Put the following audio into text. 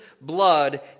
blood